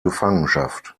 gefangenschaft